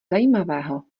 zajímavého